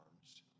arms